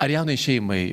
ar jaunai šeimai